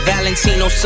Valentino